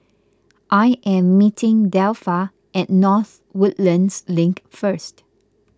I am meeting Delpha at North Woodlands Link first